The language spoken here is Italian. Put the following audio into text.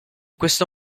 questo